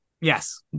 Yes